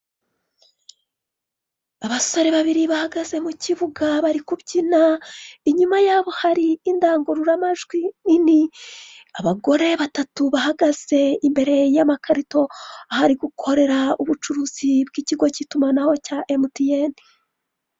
Abasore babiri bahagaze mu kibuga bari kubyina inyuma yabo ahari indangururamajwi nini abagore batatu bahagaze imbere y'amakarito, ahari gukorera ubucuruzi bw'ikigo cy'itumanaho cya mtn.